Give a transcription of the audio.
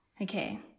okay